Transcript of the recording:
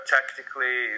Tactically